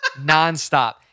nonstop